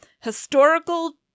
historical